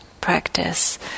practice